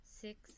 six